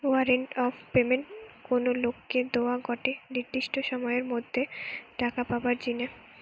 warrant of payment কোনো লোককে দোয়া গটে নির্দিষ্ট সময়ের মধ্যে টাকা পাবার জিনে